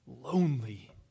lonely